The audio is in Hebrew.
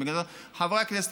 חברי הכנסת,